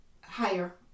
higher